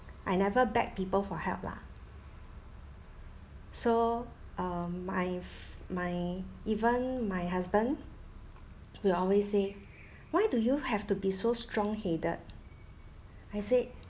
I never beg people for help lah so um my f~ my even my husband will always say why do you have to be so strong headed I said